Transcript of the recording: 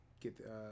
get